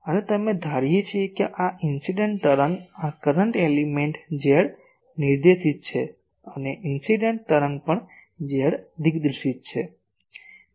અને અમે ધારીએ છીએ કે આ ઇન્સીડેંટ તરંગ આ કરંટ એલિમેન્ટ z નિર્દેશિત છે અને ઇન્સીડેંટ તરંગ પણ z દિગ્દર્શિત છે